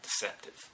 deceptive